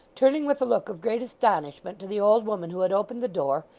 turning with a look of great astonishment to the old woman who had opened the door,